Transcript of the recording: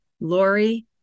Lori